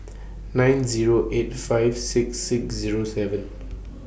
nine Zero eight five six six Zero seven